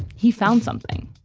he found something